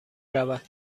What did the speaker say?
رود